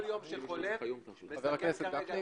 כל יום שחולף מסכן כרגע את המפעל.